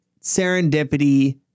serendipity